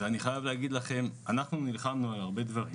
אני חייב להגיד לכם, אנחנו נלחמנו על הרבה דברים